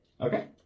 Okay